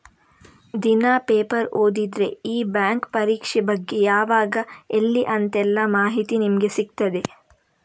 ದಿನಾ ಪೇಪರ್ ಓದಿದ್ರೆ ಈ ಬ್ಯಾಂಕ್ ಪರೀಕ್ಷೆ ಬಗ್ಗೆ ಯಾವಾಗ ಎಲ್ಲಿ ಅಂತೆಲ್ಲ ಮಾಹಿತಿ ನಮ್ಗೆ ಸಿಗ್ತದೆ